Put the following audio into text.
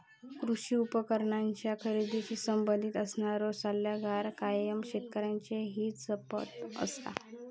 कृषी उपकरणांच्या खरेदीशी संबंधित असणारो सल्लागार कायम शेतकऱ्यांचा हित जपत असता